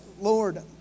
Lord